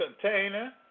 container